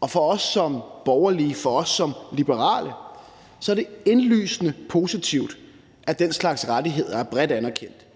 Og for os som borgerlige, for os som liberale er det indlysende positivt, at den slags rettigheder er bredt anerkendt,